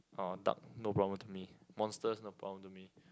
uh dark no problem to me monsters no problem to me